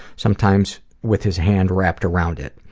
sometimes with his hand wrapped around it.